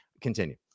Continue